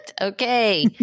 Okay